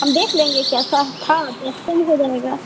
हम देख लेंगे कैसा था तो एक्सचेंज हो जाएगाा